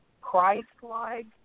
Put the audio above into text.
Christ-like